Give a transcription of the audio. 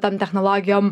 tom technologijom